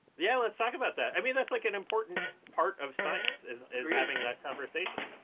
yeah, let's talk about that. i mean that's like an important part of science is having that conversation.